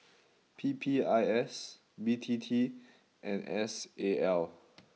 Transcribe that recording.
P P I S B T T and S A L